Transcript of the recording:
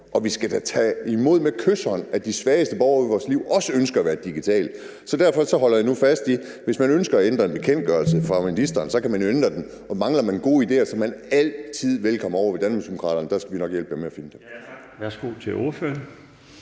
og vi skal da tage med kyshånd imod, at de svageste borgere i vores liv også ønsker at være digitale. Så derfor holder jeg nu fast i, at hvis man ønsker at ændre en bekendtgørelse fra ministeren, så kan man jo ændre den. Og mangler man gode idéer, er man altid velkommen ovre ved Danmarksdemokraterne; så skal vi nok hjælpe jer med at finde på